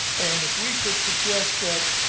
and if we could suggest that